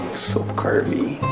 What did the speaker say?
so curvy